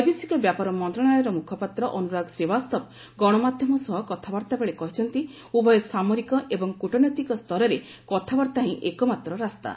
ବୈଦେଶିକ ବ୍ୟାପାର ମନ୍ତ୍ରଣାଳୟର ମୁଖପାତ୍ର ଅନୁରାଗ ଶ୍ରୀବାସ୍ତବା ଗଣମାଧ୍ୟମ ସହ କଥାବାର୍ତ୍ତା ବେଳେ କହିଛନ୍ତି ଉଭୟ ସାମରିକ ଏବଂ କୂଟନୈତିକ ସ୍ତରରେ କଥାବାର୍ତ୍ତା ହିଁ ଏକମାତ୍ର ରାସ୍ତା